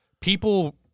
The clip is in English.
People